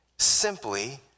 simply